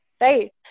right